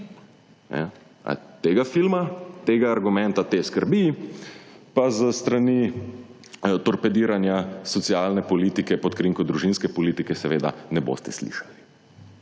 Tega filma, tega argumenta, te skrbi pa z strani torpediranja socialne politike pod krinko družinske politike seveda ne boste slišali.